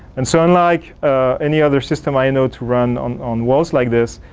and so unlike any other system i know to run on on walls like this,